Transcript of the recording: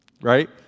right